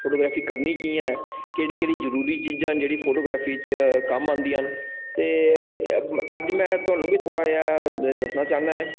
photography करनी कियां ऐ केह्ड़ी केह्ड़ी जरूरी चीजां न जेह्ड़ी फोटोग्राफी च कम्म औंदियां न ते अज्ज में थुहानूं बी थोह्ड़ा जेहा दस्सना चाह्न्ना ऐ